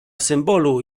symbolu